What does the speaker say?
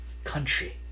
Country